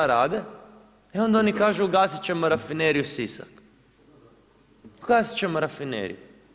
E onda oni kažu ugasit ćemo Rafineriju Sisak, ugasit ćemo rafineriju.